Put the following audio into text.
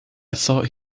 thought